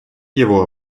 его